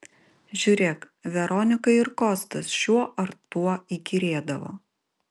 žiūrėk veronikai ir kostas šiuo ar tuo įkyrėdavo